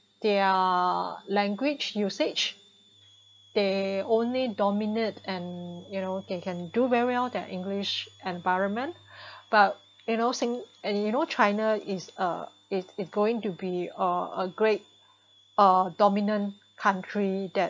their language usage they only dominate and you know they can do very their English environment but you know Sing~ and you know china is uh it is going to be uh a great uh dominant country that